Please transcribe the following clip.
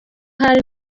hari